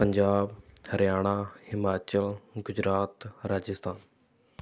Punjab Haryana Himachal Gujarat Rajasthan